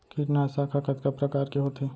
कीटनाशक ह कतका प्रकार के होथे?